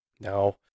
Now